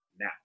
now